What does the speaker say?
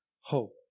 hope